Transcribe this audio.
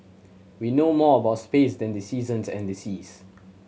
we know more about space than the seasons and the seas